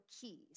keys